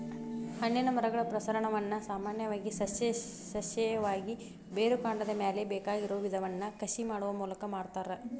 ಹಣ್ಣಿನ ಮರಗಳ ಪ್ರಸರಣವನ್ನ ಸಾಮಾನ್ಯವಾಗಿ ಸಸ್ಯೇಯವಾಗಿ, ಬೇರುಕಾಂಡದ ಮ್ಯಾಲೆ ಬೇಕಾಗಿರೋ ವಿಧವನ್ನ ಕಸಿ ಮಾಡುವ ಮೂಲಕ ಮಾಡ್ತಾರ